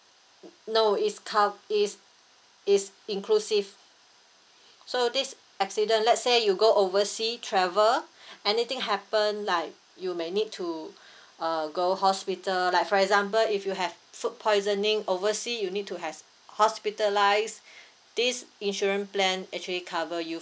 no it's cov~ it's it's inclusive so this accident let's say you go oversea travel anything happen like you may need to uh go hospital like for example if you have food poisoning oversea you need to has hospitalise this insurance plan actually cover you